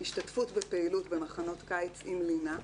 השתתפות בפעילות במחנות קיץ עם לינה,